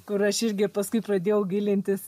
kur aš irgi paskui pradėjau gilintis